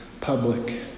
public